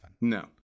No